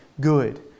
good